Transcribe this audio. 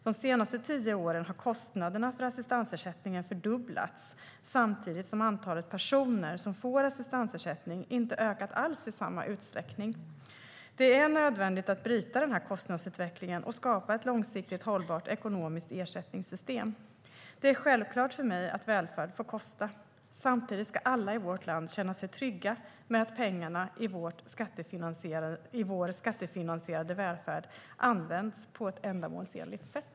De senaste tio åren har kostnaderna för assistansersättningen fördubblats, samtidigt som antalet personer som får assistansersättning inte alls ökat i samma utsträckning. Det är nödvändigt att bryta denna kostnadsutveckling och skapa ett långsiktigt hållbart ekonomiskt ersättningssystem. Det är självklart för mig att välfärd får kosta. Samtidigt ska alla i vårt land känna sig trygga med att pengarna i vår skattefinansierade välfärd används på ett ändamålsenligt sätt.